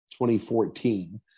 2014